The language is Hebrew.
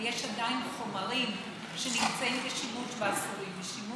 ויש עדיין חומרים שנמצאים בשימוש ואסורים לשימוש.